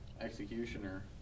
executioner